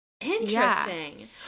Interesting